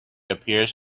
appears